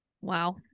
Wow